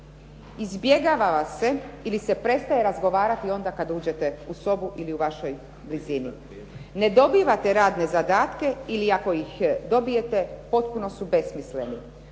Izbjegava vas se ili se prestaje razgovarati onda kada uđete u sobu ili u vašoj blizini. Ne dobivate radne zadatke ili ako ih dobijete potpuno su besmisleni.